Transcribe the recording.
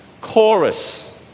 chorus